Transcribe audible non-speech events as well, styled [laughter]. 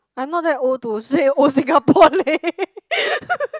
I'm not that old to say old Singapore leh [laughs]